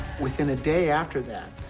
within a day after that,